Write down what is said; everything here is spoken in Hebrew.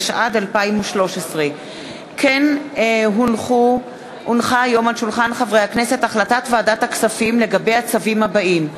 התשע"ג 2013. החלטת ועדת הכספים לגבי הצווים הבאים: